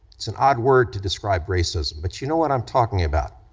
it's an odd word to describe racism, but you know what i'm talking about.